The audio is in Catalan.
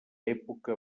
època